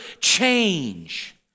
change